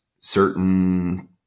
certain